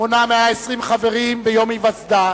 מונה 120 חברים ביום היווסדה,